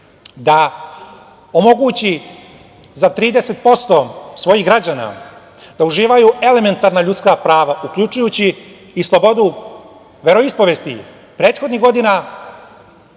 da omogući za 30% svojih građana da uživaju elementarna ljudska prava, uključujući i slobodu veroispovesti prethodnih godina